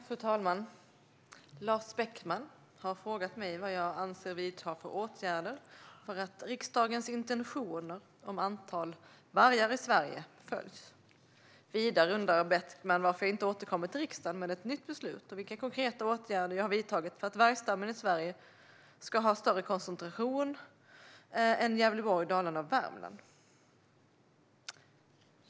Fru talman! Lars Beckman har frågat mig vilka åtgärder jag avser att vidta för att riksdagens intentioner om antalet vargar i Sverige ska följas. Vidare undrar Beckman varför jag inte har återkommit till riksdagen med ett nytt förslag till beslut och vilka konkreta åtgärder jag har vidtagit för att vargstammen i Sverige ska ha en annan koncentration än bara Gävleborg, Dalarna och Värmland.